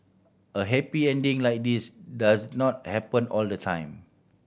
a happy ending like this does not happen all the time